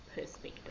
perspective